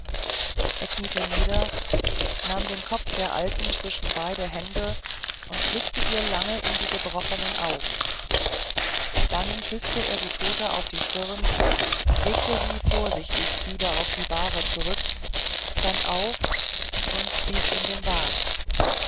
er kniete nieder nahm den kopf der alten zwischen beide hände und blickte ihr lange in die gebrochenen augen dann küßte er die tote auf die stirn legte sie vorsichtig wieder auf die bahre zurück stand auf und stieg in den wagen